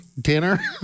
Dinner